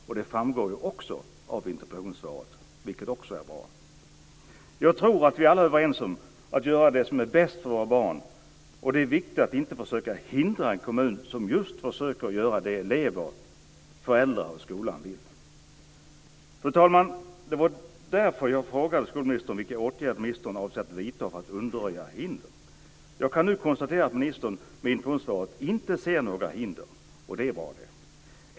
Och det framgår också av interpellationssvaret, vilket också är bra. Jag tror att vi alla är överens om att göra det som är bäst för våra barn. Och det är viktigt att inte försöka hindra en kommun som just försöker göra det som eleverna, föräldrarna och skolan vill. Fru talman! Det var därför som jag frågade skolministern vilka åtgärder hon avser att vidta för att undanröja hinder. Jag kan nu konstatera att ministern med interpellationssvaret inte ser några hinder, och det är bra.